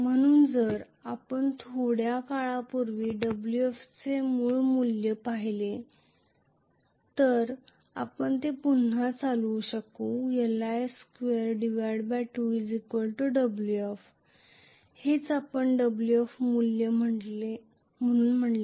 म्हणून जर आपण थोड्या काळापूर्वी Wf चे मूळ मूल्य पाहिले तर आपण ते पुन्हा चालवू शकू Li22 Wf हेच आपण Wf मूल्य म्हणून म्हटले